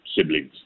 siblings